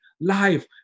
life